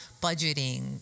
budgeting